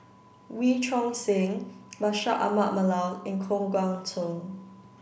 Wee Choon Seng Bashir Ahmad Mallal and Koh Guan Song